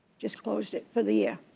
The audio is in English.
just closed it, for the year.